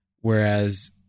Whereas